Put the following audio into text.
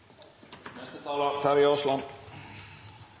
Neste taler